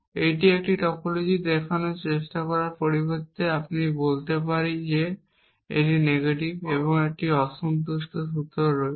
এটি একটি টপোলজি দেখানোর চেষ্টা করার পরিবর্তে আমি বলতে পারি যে এটি নেগেটিভ এবং একটি অসন্তুষ্ট সূত্র রয়েছে